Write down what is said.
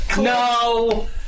No